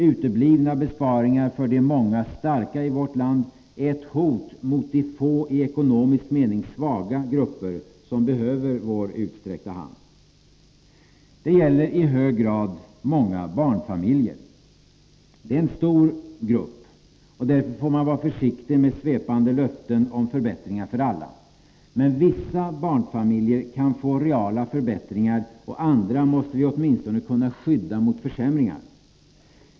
Uteblivna besparingar för de många starka i vårt land är ett hot mot de få i ekonomisk mening svaga grupper som behöver vår utsträckta hand. Det gäller i hög grad många barnfamiljer. Det är en stor grupp. Därför får man vara försiktig med svepande löften om förbättringar för alla. Men vissa barnfamiljer kan få reala förbättringar, och andra måste vi åtminstone kunna skydda mot försämringar.